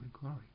Glory